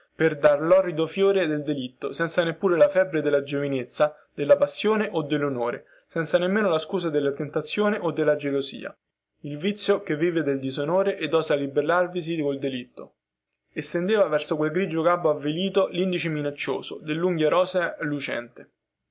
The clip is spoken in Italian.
per dar lorrido fiore del delitto senza neppure la febbre della giovinezza della passione o dellonore senza nemmeno la scusa della tentazione o della gelosia il vizio che vive del disonore ed osa ribellarvisi col delitto e stendeva verso quel grigio capo avvilito lindice minaccioso dallunghia rosea e lucente